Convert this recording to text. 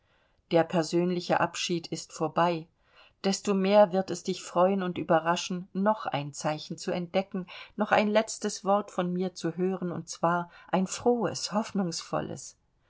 der persönliche abschied ist vorbei desto mehr wird es dich freuen und überraschen noch ein zeichen zu entdecken noch ein letztes wort von mir zu hören und zwar ein frohes hoffnungsvolles